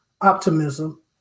optimism